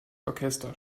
orchester